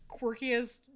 quirkiest